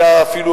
היה אפילו,